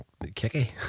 Kicky